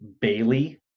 Bailey